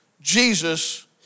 Jesus